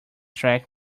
track